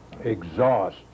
exhaust